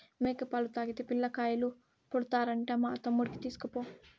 మేక పాలు తాగితే పిల్లకాయలు పుడతారంట మా తమ్ముడికి తీస్కపో